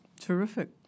terrific